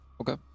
Okay